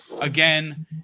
Again